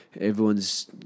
Everyone's